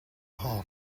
hall